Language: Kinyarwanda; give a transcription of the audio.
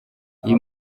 uyu